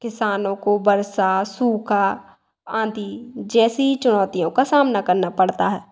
किसानों को वर्षा सूखा आंधी जैसी चुनौतियों का सामना करना पड़ता है